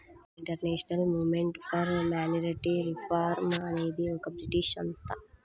international movement for monetary reform అనేది ఒక British సంస్థ